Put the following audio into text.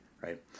right